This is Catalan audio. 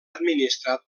administrat